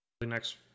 next